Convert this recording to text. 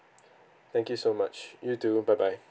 thank you so much you too bye bye